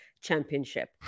championship